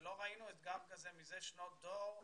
כשלא ראינו גל כזה מזה שנות דור,